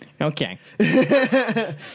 Okay